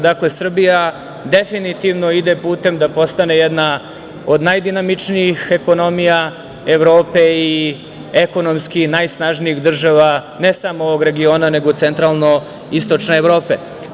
Dakle, Srbija definitivno ide putem da postane jedna od najdinamičnijih ekonomija Evrope i ekonomski najsnažnijih država ne samo ovog regiona, već i Centralnoistočne Evrope.